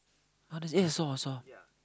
uh eh I saw I saw